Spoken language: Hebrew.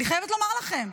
אני חייבת לומר לכם.